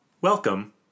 Welcome